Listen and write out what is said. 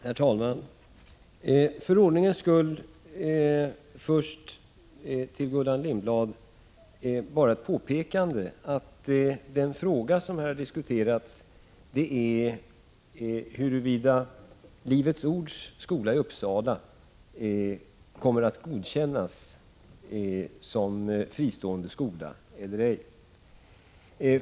Herr talman! För ordningens skull vill jag börja med att påpeka för Gullan Lindblad att den fråga som här har diskuterats är huruvida Livets ords skola i Uppsala kommer att godkännas som fristående skola eller ej.